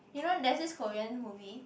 you know there's this Korean movie